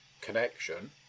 connection